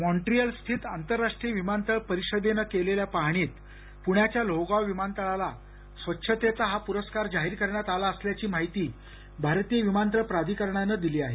Montreal स्थित आंतरराष्ट्रीय विमानतळ परिषदेने केलेल्या पाहणीत पृण्याच्या लोहगाव विमानतळाला स्वच्छतेचा हा पूरस्कार जाहीर करण्यात आला असल्याची माहिती भारतीय विमानतळ प्राधिकरणाने दिली आहे